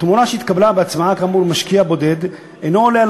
התמורה שהתקבלה בהצעה כאמור ממשקיע בודד אינה עולה על